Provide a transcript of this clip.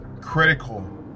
critical